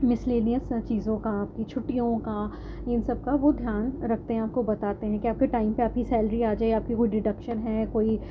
miscellaneous چیزوں کا آپ کی چھٹیوں کا ان سب کا وہ دھیان رکھتے ہیں آپ کو بتاتے ہیں کہ آپ کے ٹائم پہ آپ کی سیلری آ جائے آپ کی کوئی ڈیڈکشن ہیں کوئی